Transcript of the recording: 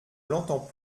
l’entends